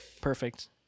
perfect